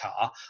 car